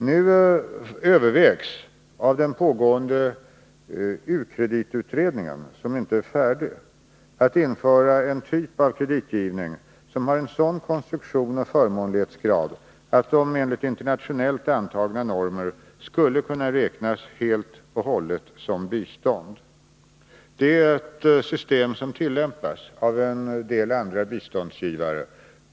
Nu övervägs av den pågående u-kreditutredningen — som inte är färdig — införande av en typ av kreditgivning som har en sådan konstruktion och förmånlighetsgrad att krediterna enligt internationellt antagna normer skall kunna räknas helt och hållet som bistånd. Det är ett system som tillämpas av en del andra biståndsgivare.